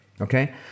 Okay